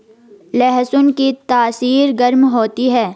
लहसुन की तासीर गर्म होती है